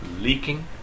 leaking